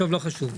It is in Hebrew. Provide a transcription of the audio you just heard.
טוב, לא חשוב.